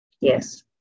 Yes